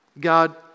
God